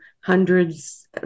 hundreds